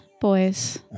boys